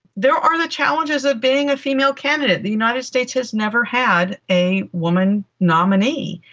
there are the challenges of being a female candidate. the united states has never had a woman nominee,